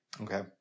Okay